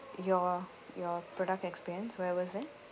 your your product experience where was it